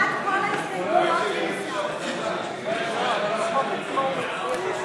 ההסתייגות של חברות הכנסת עליזה לביא וזהבה גלאון לסעיף 7 לא נתקבלה.